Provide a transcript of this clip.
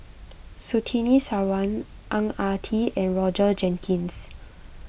Surtini Sarwan Ang Ah Tee and Roger Jenkins